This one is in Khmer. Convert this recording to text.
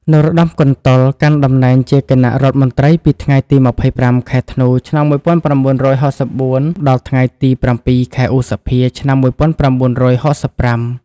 នរោត្តម កន្តុល កាន់តំណែងជាគណៈរដ្ឋមន្ត្រីពីថ្ងៃទី ២៥ ខែធ្នូ ឆ្នាំ១៩៦៤ ដល់ថ្ងៃទី ៧ ខែឧសភា ឆ្នាំ១៩៦៥។